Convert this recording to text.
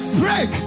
break